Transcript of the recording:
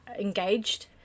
engaged